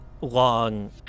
long